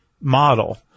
model